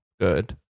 good